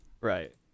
right